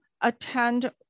attend